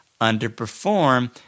underperform